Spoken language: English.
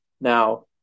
Now